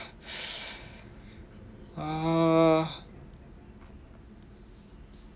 uh